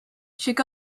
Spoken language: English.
should